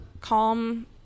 calm